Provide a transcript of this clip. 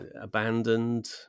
abandoned